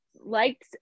Liked